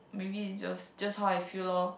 maybe it's just just how I feel lor